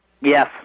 Yes